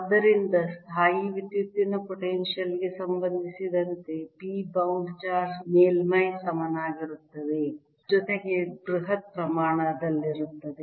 ಆದ್ದರಿಂದ ಸ್ಥಾಯೀವಿದ್ಯುತ್ತಿನ ಪೊಟೆನ್ಶಿಯಲ್ ಗೆ ಸಂಬಂಧಿಸಿದಂತೆ p ಬೌಂಡ್ ಚಾರ್ಜ್ ಮೇಲ್ಮೈಗೆ ಸಮನಾಗಿರುತ್ತದೆ ಜೊತೆಗೆ ಬೃಹತ್ ಪ್ರಮಾಣದಲ್ಲಿರುತ್ತದೆ